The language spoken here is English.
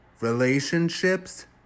relationships